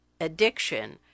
addiction